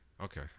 Okay